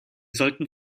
sollten